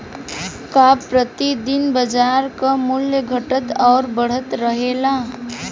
का प्रति दिन बाजार क मूल्य घटत और बढ़त रहेला?